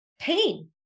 pain